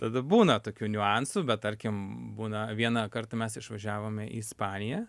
tada būna tokių niuansų bet tarkim būna vieną kartą mes išvažiavome į ispaniją